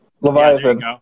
Leviathan